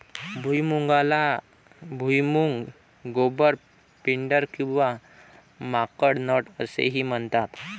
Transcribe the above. भुईमुगाला भुईमूग, गोबर, पिंडर किंवा माकड नट असेही म्हणतात